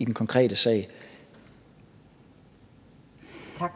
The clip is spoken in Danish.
Ulla Tørnæs. Kl. 17:47